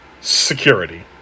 security